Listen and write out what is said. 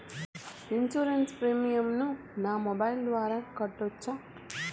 Insurance premium ను నా mobile ద్వారా కట్టొచ్చా?